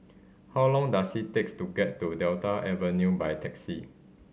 how long does it takes to get to Delta Avenue by taxi